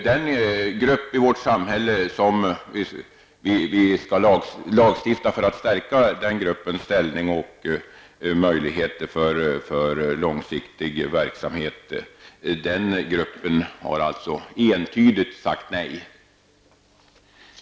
Den grupp vars ställning och möjligheter till långsiktig verksamhet som vi vill stärka har alltså entydigt sagt nej.